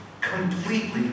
Completely